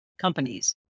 companies